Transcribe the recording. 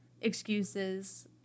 excuses